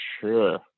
sure